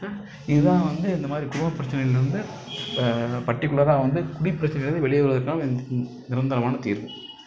இது தான் வந்து இந்த மாதிரி குடும்ப பிரச்சனைலிருந்து பர்டிகுலராக வந்து குடிப் பிரச்சனையிலந்து வெளியே வருவதற்கான இந்து இந்த நிரந்தரமான தீர்வு